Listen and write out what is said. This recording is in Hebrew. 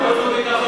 פנים.